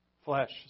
Flesh